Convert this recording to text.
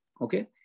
Okay